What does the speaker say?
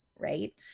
Right